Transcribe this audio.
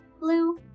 blue